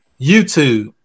YouTube